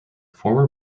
former